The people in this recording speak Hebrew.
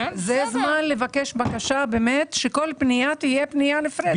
זה הזמן באמת לבקש בקשה, שכל פנייה תהיה נפרדת.